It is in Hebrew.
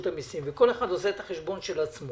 המיסים וכל אחד עושה את החשבון של עצמו.